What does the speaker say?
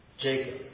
Jacob